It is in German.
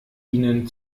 ihnen